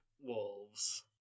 wolves